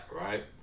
right